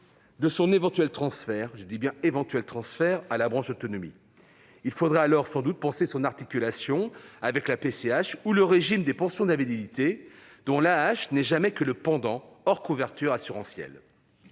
de son éventuel transfert à la branche autonomie ; il faudrait alors sans doute penser son articulation avec la PCH ou le régime des pensions d'invalidité, dont l'AAH n'est jamais que le pendant, hors couverture assurantielle.